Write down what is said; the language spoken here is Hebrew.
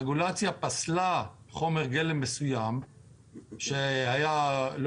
הרגולציה פסלה חומר גלם מסוים שהיה לא